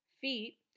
feet